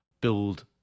build